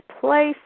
place